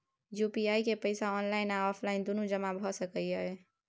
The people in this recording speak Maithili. यु.पी.आई के पैसा ऑनलाइन आ ऑफलाइन दुनू जमा भ सकै इ?